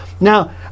Now